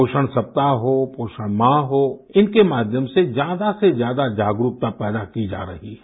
पोषण सप्ताह हो पोषण माह हो इनके माध्यम से ज्यादा से ज्यादा जागरुकतापैदा की जा रही है